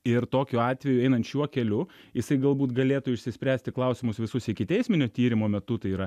ir tokiu atveju einant šiuo keliu jisai galbūt galėtų išsispręsti klausimus visus ikiteisminio tyrimo metu tai yra